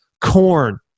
corn